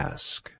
Ask